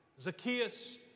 Zacchaeus